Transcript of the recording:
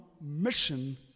mission